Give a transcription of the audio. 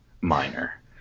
Minor